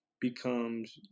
becomes